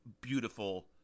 beautiful